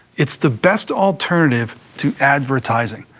it's the best alternative to advertising.